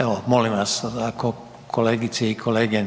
evo molim vas kolegice i kolege